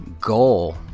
goal